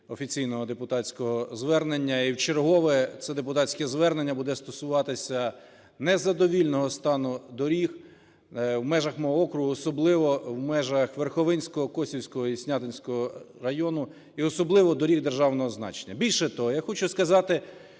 офіційного депутатського звернення і вчергове це депутатське звернення буде стосуватися незадовільного стану доріг в межах мого округу, особливо в межах Верховинського, Косівського і Снятинського району, і особливо доріг державного значення. Більше того, я хочу сказати,